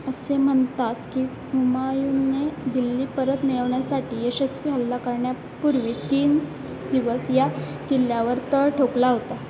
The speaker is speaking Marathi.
असे म्हणतात की हुमायूनने दिल्ली परत मिळवण्यासाठी यशस्वी हल्ला करण्यापूर्वी तीन दिवस या किल्ल्यावर तळ ठोकला होता